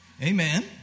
Amen